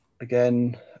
again